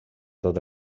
tot